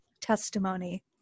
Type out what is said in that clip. testimony